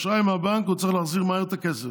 אשראי מהבנק, הוא צריך להחזיר מהר את הכסף,